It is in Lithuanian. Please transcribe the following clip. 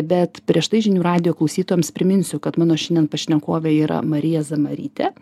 bet prieš tai žinių radijo klausytojams priminsiu kad mano šiandien pašnekovė yra marija zamarytė